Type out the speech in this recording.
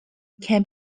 can